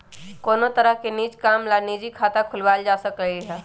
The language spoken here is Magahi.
कोनो तरह के निज काम ला निजी खाता खुलवाएल जा सकलई ह